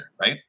right